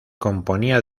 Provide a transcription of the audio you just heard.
componía